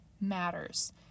matters